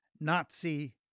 Nazi